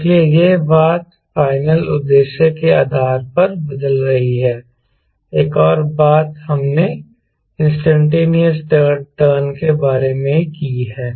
इसलिए यह बात फाइनल उद्देश्य के आधार पर बदल रही है एक और बात हमने इंस्टैन्टेनियस टर्न रेट के बारे में की है